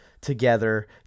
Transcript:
together